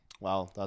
Wow